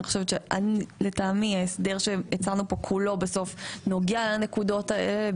אני חושבת שלטעמי ההסדר שהצענו פה כולו בסוף נוגע בנקודות האלה,